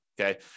Okay